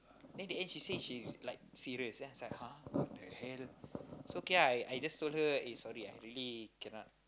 then in the end she say she like serious then I was like !huh! what the hell so okay lah I just told her it's sorry lah I really cannot